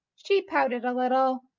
she pouted a little.